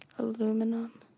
Aluminum